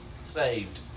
saved